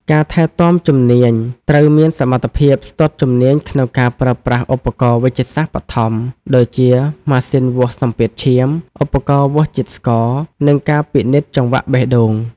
អ្នកថែទាំជំនាញត្រូវមានសមត្ថភាពស្ទាត់ជំនាញក្នុងការប្រើប្រាស់ឧបករណ៍វេជ្ជសាស្ត្របឋម ដូចជាម៉ាស៊ីនវាស់សម្ពាធឈាម ឧបករណ៍វាស់ជាតិស្ករ និងការពិនិត្យចង្វាក់បេះដូង។